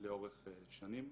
לאורך שנים.